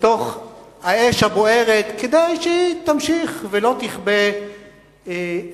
לתוך האש הבוערת, כדי שהיא תמשיך ולא תכבה לעולם.